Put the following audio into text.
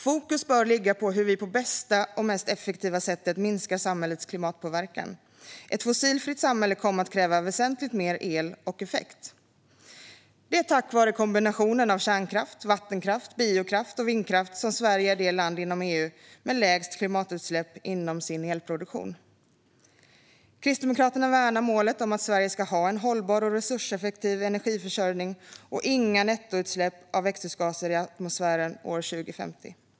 Fokus bör ligga på hur vi på det bästa och mest effektiva sättet minskar samhällets klimatpåverkan. Ett fossilfritt samhälle kommer att kräva väsentligt mer el och effekt. Det är tack vare kombinationen av kärnkraft, vattenkraft, biokraft och vindkraft som Sverige är det land inom EU som har lägst klimatutsläpp i sin elproduktion. Kristdemokraterna värnar målet att Sverige ska ha en hållbar och resurseffektiv energiförsörjning och inga nettoutsläpp av växthusgaser i atmosfären år 2050.